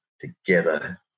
together